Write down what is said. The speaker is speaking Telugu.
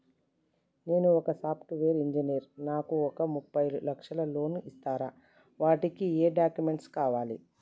నేను ఒక సాఫ్ట్ వేరు ఇంజనీర్ నాకు ఒక ముప్పై లక్షల లోన్ ఇస్తరా? వాటికి ఏం డాక్యుమెంట్స్ కావాలి?